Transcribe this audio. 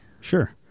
Sure